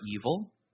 evil